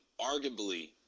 arguably